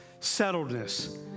settledness